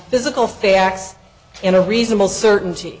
physical facts in a reasonable certainty